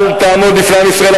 אל תעמוד בפני עם ישראל.